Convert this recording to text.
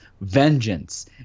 vengeance